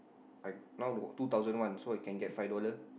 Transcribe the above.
I now got two thousand one so I can get five dollar